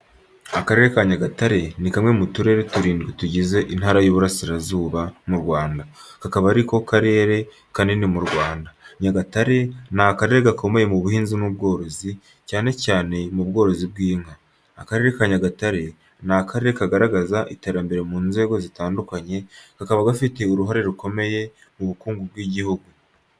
Akarere ka Nyagatare ni kamwe mu turere turindwi tugize Intara y’Iburasirazuba mu Rwanda. Kakaba ari ko karere kanini mu Rwanda. Nyagatare ni akarere gakomeye mu buhinzi n’ubworozi, cyane cyane mu bworozi bw’inka. Akarere ka Nyagatare ni akarere kagaragaza iterambere mu nzego zitandukanye, kakaba gafite uruhare rukomeye mu bukungu bw’igihugu.